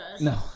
No